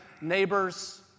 neighbors